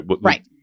right